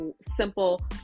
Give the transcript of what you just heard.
simple